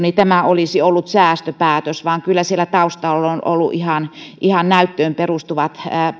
tämä olisi ollut säästöpäätös vaan kyllä siellä taustalla ovat olleet ihan näyttöön perustuvat